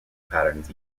patterns